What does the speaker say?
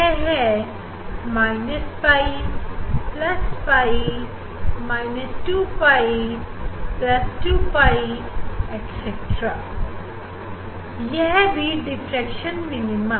यह है pi pi 2pi 2pi etc यह भी डिफ्रेक्शन मिनीमा